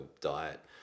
diet